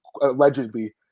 allegedly